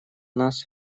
нас